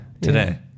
today